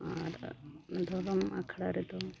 ᱟᱨ ᱫᱷᱚᱨᱚᱢ ᱟᱠᱷᱲᱟ ᱨᱮᱫᱚ